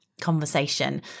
conversation